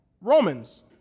Romans